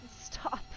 Stop